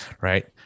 right